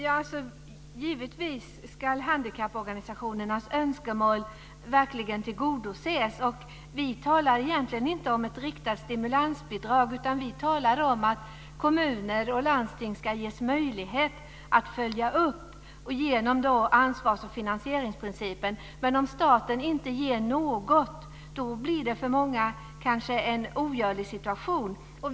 Fru talman! Givetvis ska handikapporganisationernas önskemål verkligen tillgodoses. Vi talar egentligen inte om ett riktat stimulansbidrag utan om att kommuner och landsting ska ges möjlighet att följa upp genom ansvars och finansieringsprincipen. Men om staten inte ger något blir det kanske en omöjlig situation för många.